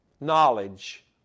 knowledge